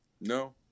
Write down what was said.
No